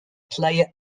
player